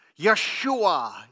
Yeshua